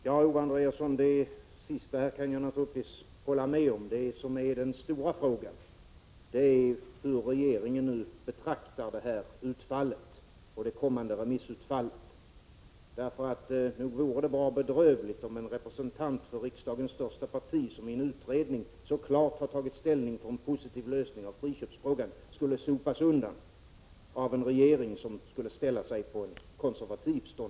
Fru talman! Ja, Owe Andréasson, det sista kan jag naturligtvis hålla med om. Det som är den stora frågan är hur regeringen betraktar det kommande remissutfallet. Nog vore det bra bedrövligt om en representant för riksdagens — Prot. 1986/87:89 största parti som i en utredning så klart tagit ställning för en positiv lösningav 18 mars 1987 friköpsfrågan skulle sopas undan av en regering som skulle inta en